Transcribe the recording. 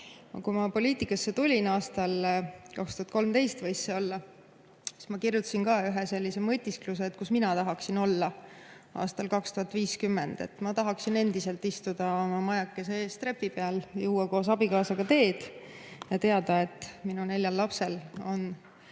Kui ma poliitikasse tulin – aastal 2013 võis see olla –, siis ma kirjutasin ka ühe sellise mõtiskluse, kus mina tahaksin olla aastal 2050. Ma tahaksin endiselt istuda oma majakese ees trepi peal, juua koos abikaasaga teed ja teada, et minu neljal lapsel on